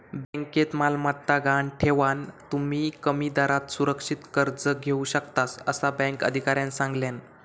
बँकेत मालमत्ता गहाण ठेवान, तुम्ही कमी दरात सुरक्षित कर्ज घेऊ शकतास, असा बँक अधिकाऱ्यानं सांगल्यान